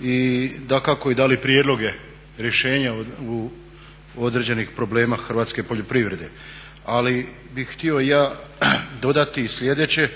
i dakako i dali prijedloge rješenja određenih problema hrvatske poljoprivrede. Ali bih htio ja dodati i sljedeće